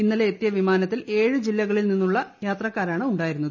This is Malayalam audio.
ഇന്നലെ എത്തിയ വിമാനത്തിൽ ഏഴ് ജില്ലകളിൽ നിന്നുള്ള യാത്രക്കാരാണ് ഉണ്ടായിരുന്നത്